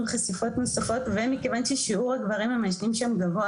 חשיפות נוספות ומכיוון ששיעור הגברים המעשנים שם גבוה